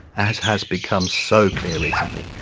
as has become so clear recently,